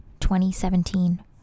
2017